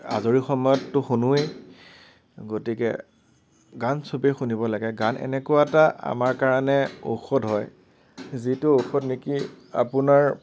আজৰি সময়তো শুনোৱেই গতিকে গান চবেই শুনিব লাগে গান এনেকুৱা এটা আমাৰ কাৰণে ঔষধ হয় যিটো ঔষধ নেকি আপোনাৰ